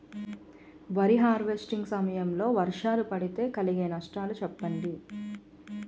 వరి హార్వెస్టింగ్ సమయం లో వర్షాలు పడితే కలిగే నష్టాలు చెప్పండి?